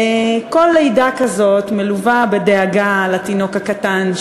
כל לידה מלווה בדאגה לתינוק הקטן,